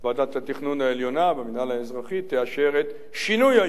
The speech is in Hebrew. ועדת התכנון העליונה במינהל האזרחי תאשר את שינוי הייעוד,